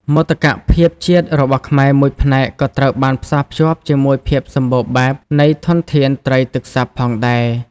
មោទកភាពជាតិ របស់ខ្មែរមួយផ្នែកក៏ត្រូវបានផ្សារភ្ជាប់ជាមួយភាពសម្បូរបែបនៃធនធានត្រីទឹកសាបផងដែរ។